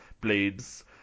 blades